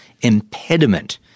impediment